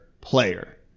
player